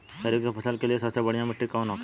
खरीफ की फसल के लिए सबसे बढ़ियां मिट्टी कवन होखेला?